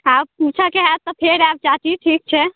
आब पूछऽ के होयत तऽ फेर आयब चाची ठीक छै